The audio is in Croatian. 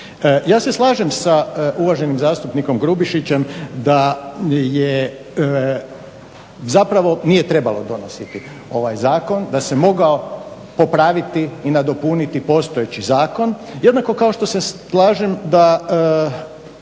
Ja se slažem sa uvaženim zastupnikom Grubišićem da nije trebalo donositi ovaj zakon, da se mogao popraviti i nadopuniti postojeći zakon, jednako kao što se slažem da